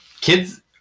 kids